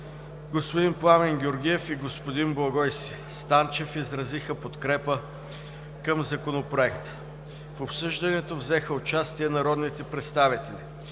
Господин Пламен Георгиев и господин Благой Станчев изразиха подкрепата си към Законопроекта. В обсъждането взеха участие народните представители